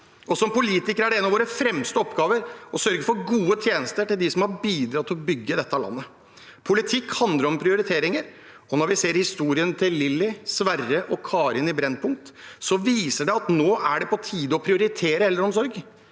Som politikere er en av våre fremste oppgaver å sørge for gode tjenester til dem som har bidratt til å bygge dette landet. Politikk handler om prioriteringer. Når vi ser historiene til Lilly, Sverre og Kari på Brennpunkt, viser det at det nå er på tide å prioritere eldreomsorg.